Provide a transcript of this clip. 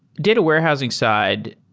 data warehousing side,